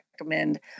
recommend